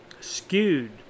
skewed